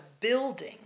building